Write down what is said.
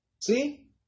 See